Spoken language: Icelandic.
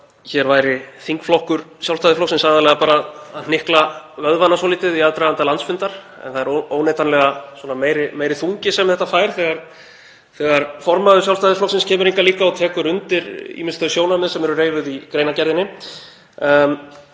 hér væri þingflokkur Sjálfstæðisflokksins aðallega bara að hnykla vöðvana svolítið í aðdraganda landsfundar, en það er óneitanlega meiri þungi sem þetta fær þegar formaður Sjálfstæðisflokksins kemur hingað líka og tekur undir ýmis þau sjónarmið sem eru reifuð í greinargerðinni.